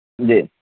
جی